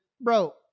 bro